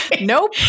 Nope